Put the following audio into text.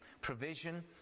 provision